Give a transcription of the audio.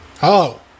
Hello